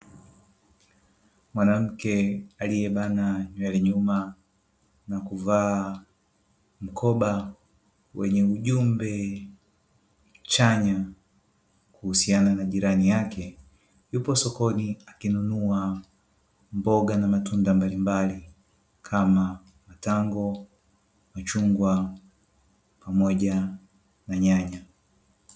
Mwanamke aliyebana nywele nyuma na kuvaa mkoba wenye ujumbe chanya kuhusiana na jirani yake yupo sokoni akinunua mboga na matunda mbalimbali kama matango, machungwa pamoja na nyanya.